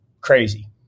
crazy